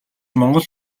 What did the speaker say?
монгол